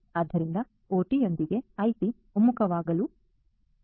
ಆದ್ದರಿಂದ ಒಟಿ ಯೊಂದಿಗೆ ಐಟಿ ಒಮ್ಮುಖವಾಗುವುದು ಆಗಬೇಕಿದೆ